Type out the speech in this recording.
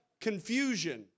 confusion